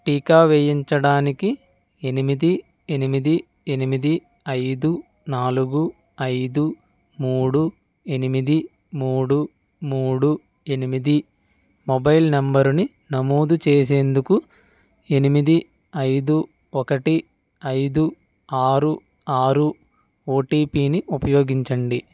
టీకా వేయించడానికి ఎనిమిది ఎనిమిది ఎనిమిది ఐదు నాలుగు ఐదు మూడు ఎనిమిది మూడు మూడు ఎనిమిది మొబైల్ నంబరుని నమోదు చేసేందుకు ఎనిమిది ఐదు ఒకటి ఐదు ఆరు ఆరు ఓటిపిని ఉపయోగించండి